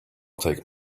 take